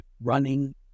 running